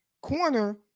corner